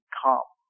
come